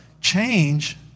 change